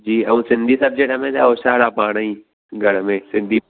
जी ऐं सिंधी सब्जेक्ट में त होशियारु आहे पाण ई घर में सिंधी